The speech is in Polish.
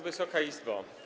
Wysoka Izbo!